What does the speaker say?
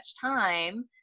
time